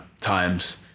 times